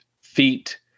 feet